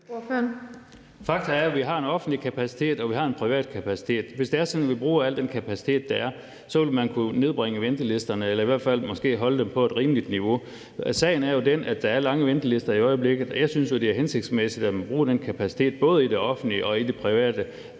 Fakta er, at vi har en offentlig kapacitet og vi har en privat kapacitet. Hvis det er sådan, at vi bruger al den kapacitet, der er, vil man kunne nedbringe ventelisterne eller i hvert fald holde dem på et rimeligt niveau. Sagen er jo den, at der er lange ventelister i øjeblikket, og jeg synes, det er hensigtsmæssigt, at man bruger den kapacitet, der er i både det offentlige og i det private,